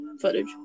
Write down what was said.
footage